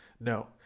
No